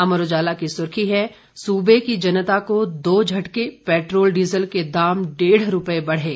अमर उजाला की सुर्खी है सुबे की जनता को दो झटके पैट्रोल डीजल के दाम डेढ़ रूपए बढ़े